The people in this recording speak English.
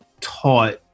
taught